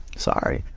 sorry.